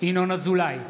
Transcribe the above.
ינון אזולאי,